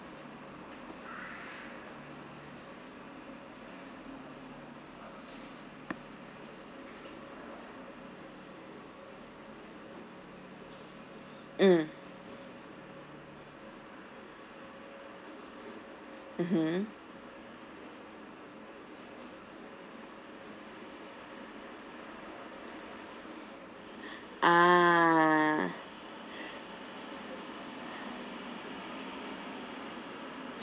mm mmhmm ah